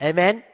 Amen